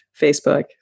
Facebook